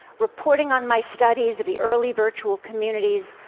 reporting on my studies of the early virtual communities,